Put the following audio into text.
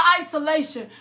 isolation